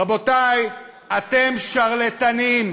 רבותי, אתם שרלטנים,